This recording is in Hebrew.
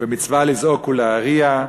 ומצווה לזעוק ולהריע,